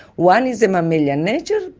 one is a mammalian nature,